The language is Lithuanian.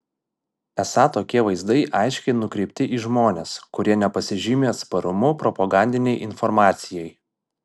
esą tokie vaizdai aiškiai nukreipti į žmones kurie nepasižymi atsparumu propagandinei informacijai